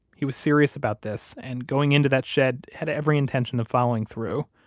he was serious about this, and going into that shed had every intention of following through.